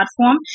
platform